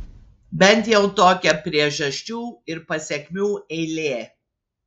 bent jau tokia priežasčių ir pasekmių eilė